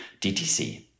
DTC